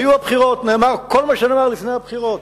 היו הבחירות, נאמר כל מה שנאמר לפני הבחירות.